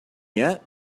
yet